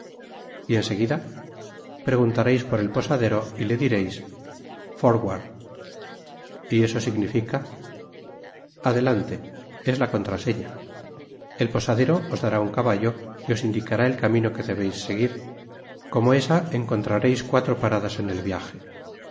y en seguida preguntareis por el posadero y le diréis for'ward y eso significa adelante es la contraseña el posadero os dará un caballo y os indicará el camino que debeis seguir como esa encontrareis cuatro paradas en d viaje